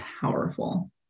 powerful